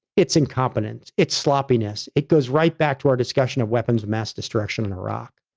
it's incompetence, it's sloppiness, it goes right back to our discussion of weapons of mass destruction in iraq.